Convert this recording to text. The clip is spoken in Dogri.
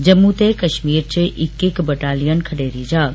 जम्मू ते कश्मीर च इक इक बटालियन खडेरी जाह्ग